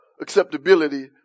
acceptability